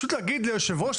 פשוט להגיד ליושב הראש,